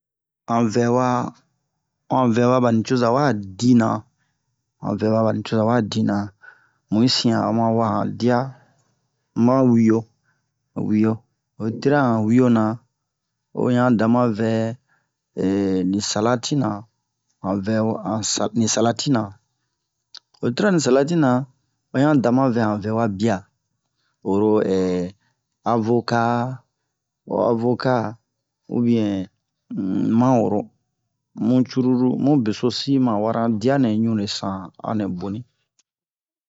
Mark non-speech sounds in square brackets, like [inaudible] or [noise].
Han vɛha ho han vɛha ɓa nucoza wa dina han vɛha ɓa nucoza wa dina mu yi sin a o ma wa'a han diya ma wiyo ma wiyo oyi tira han wiyo na o ɲan dama vɛ [hesitation] ni salati na han vɛha han sala ni salati na oyi tira ni salati na o ɲan dama vɛ han vɛwa biya oro [hesitation] avoka ho avoka ubiyɛn um maworo mu curulu mu besosi ma wara diya nɛ ɲunle san a nɛ boni